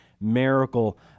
miracle